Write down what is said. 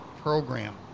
program